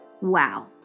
Wow